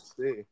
See